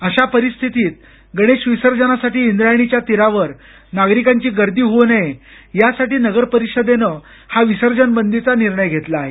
अशा परिस्थितीत गणेश विसर्जनासाठी इंद्रायणीच्या तीरावर नागरिकांची गर्दी होऊ नये यासाठी नगर परिषदेनं हा विसर्जन बंदीचा निर्णय घेतला आहे